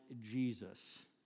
Jesus